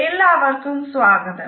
എല്ലാവർക്കും സ്വാഗതം